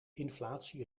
inflatie